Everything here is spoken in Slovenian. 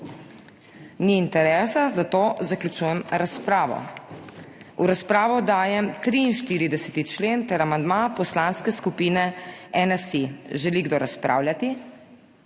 Ni interesa, zato zaključujem razpravo. V razpravo dajem 43. člen ter amandma Poslanske skupine NSi. Želi kdo razpravljati?